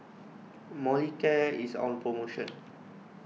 Molicare is on promotion